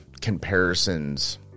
comparisons